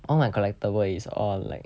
all my collectible is all like